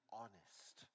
honest